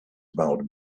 about